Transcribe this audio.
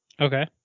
Okay